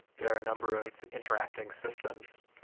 there are a number of interacting systems,